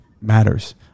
matters